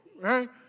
right